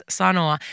sanoa